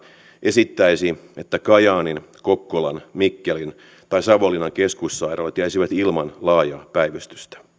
esittäisi että kajaanin kokkolan mikkelin ja savonlinnan keskussairaalat jäisivät ilman laajaa päivystystä